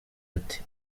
ati